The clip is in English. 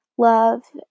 love